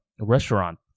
restaurant